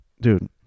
dude